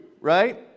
Right